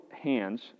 hands